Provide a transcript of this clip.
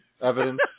evidence